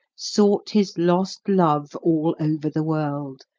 sought his lost love all over the world.